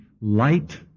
light